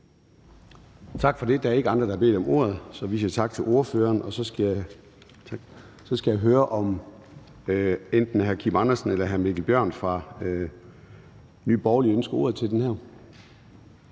Tak for det. Der er ikke andre, der har bedt om ordet, så vi siger tak til ordføreren. Så skal jeg høre, om enten hr. Kim Edberg Andersen eller hr. Mikkel Bjørn fra Nye Borgerlige ønsker ordet. Da det ikke